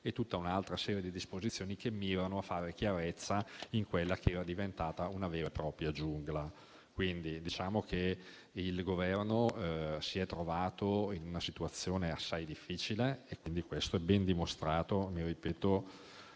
e tutta un'altra serie di disposizioni che mirano a fare chiarezza in quella che era diventata una vera e propria giungla. Il Governo si è trovato in una situazione assai difficile e questo è ben dimostrato - lo ripeto